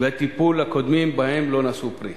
הטיפול הקודמים בהם לא נשאו פרי.